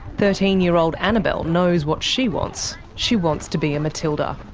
thirteen year old annabel knows what she wants she wants to be a matilda.